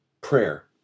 prayer